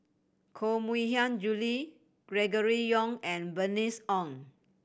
Koh Mui Hiang Julie Gregory Yong and Bernice Ong